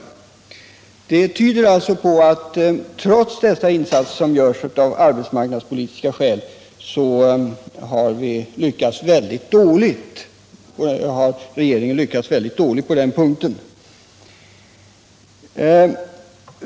Det tyder alltså på att, trots dessa insatser som görs av arbetsmarknadspolitiska skäl, regeringen har lyckats mycket dåligt.